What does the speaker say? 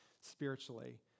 spiritually